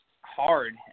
hard